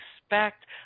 expect